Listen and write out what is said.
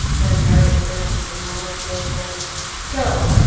then harriet pronounced the monosyllable go!